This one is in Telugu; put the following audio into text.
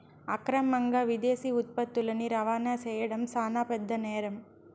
అక్రమంగా విదేశీ ఉత్పత్తులని రవాణా చేయడం శాన పెద్ద నేరం